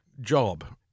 job